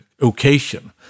occasion